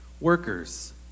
Workers